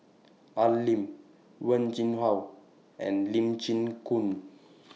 Al Lim Wen Jinhua and Lee Chin Koon